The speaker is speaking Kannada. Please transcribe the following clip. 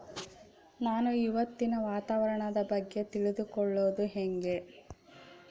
ನಾನು ಇವತ್ತಿನ ವಾತಾವರಣದ ಬಗ್ಗೆ ತಿಳಿದುಕೊಳ್ಳೋದು ಹೆಂಗೆ?